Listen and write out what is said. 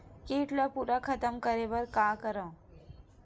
कीट ला पूरा खतम करे बर का करवं?